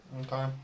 Okay